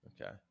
Okay